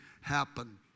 happen